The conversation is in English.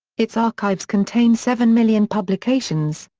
its archives contain seven million publications.